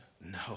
No